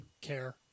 care